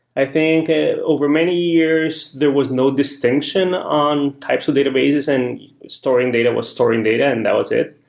i think over many years, there was no distinction on types of databases and storing data was storing data and that was it.